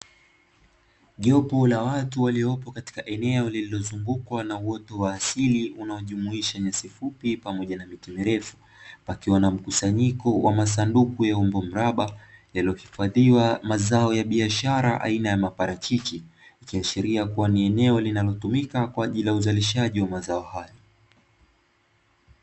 Jopo la watu waliopo katika eneo lililozungukwa na uoto wa asili, unaojumuisha nyasi fupi pamoja na miti mirefu, pakiwa na mkusanyiko wa masanduku ya umbo mraba yaliyohifadhi mazao ya biashara aina ya maparachichi, ikiashiria kuwa ni eneo linalotumika kwa ajili ya uzalishaji wa mazao haya.